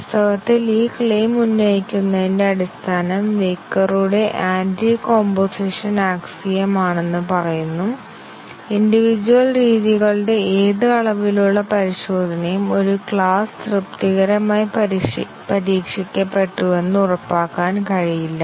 വാസ്തവത്തിൽ ഈ ക്ലെയിം ഉന്നയിക്കുന്നതിന്റെ അടിസ്ഥാനം വെയ്ക്കറുടെ anticomposition axiom Weyukar's Anticomposition axiom ആണെന്ന് പറയുന്നു ഇൻഡിവിജുവൽ രീതികളുടെ ഏത് അളവിലുള്ള പരിശോധനയും ഒരു ക്ലാസ് തൃപ്തികരമായി പരീക്ഷിക്കപ്പെട്ടുവെന്ന് ഉറപ്പാക്കാൻ കഴിയില്ല